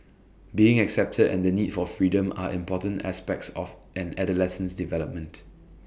being accepted and the need for freedom are important aspects of an adolescent's development